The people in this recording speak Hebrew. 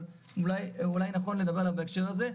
אבל אולי נכון לדבר עליו בהקשר הזה,